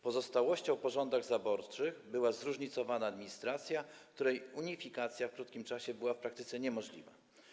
Pozostałością po rządach zaborczych była zróżnicowana administracja, której unifikacja w krótkim czasie była w praktyce niemożliwa.